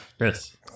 Yes